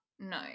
No